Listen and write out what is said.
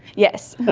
yes.